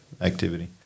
activity